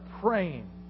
praying